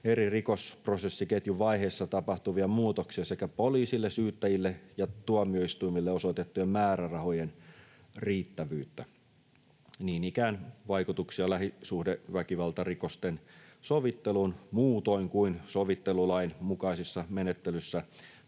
eri rikosprosessiketjun vaiheissa tapahtuvia muutoksia sekä poliisille, syyttäjille ja tuomioistuimille osoitettujen määrärahojen riittävyyttä. Niin ikään vaikutuksia lähisuhdeväkivaltarikosten sovitteluun muutoin kuin sovittelulain mukaisessa menettelyssä